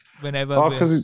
Whenever